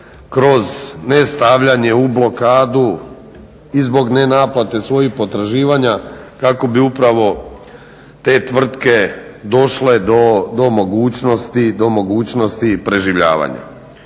kroz ne stavljanje u blokadu i zbog ne naplate svojih potraživanja kako bi upravo te tvrtke došle do mogućnosti preživljavanja.